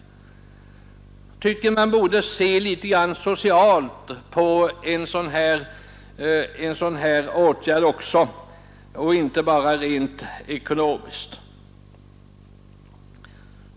Jag tycker att man också borde se en smula socialt på en sådan här åtgärd och inte bara rent ekonomiskt.